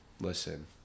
listen